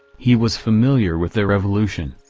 he was familiar with the revolution.